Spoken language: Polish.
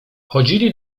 chodzili